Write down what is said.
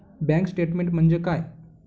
Bank statement म्हणजे काय?